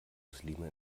muslime